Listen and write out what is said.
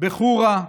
או בחורה,